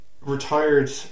retired